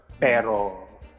pero